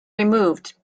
removed